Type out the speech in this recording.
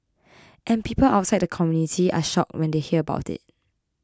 and people outside the community are shocked when they hear about it